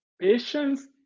patience